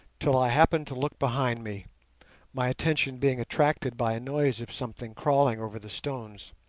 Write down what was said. till i happened to look behind me my attention being attracted by a noise of something crawling over the stones,